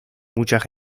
muchas